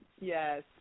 yes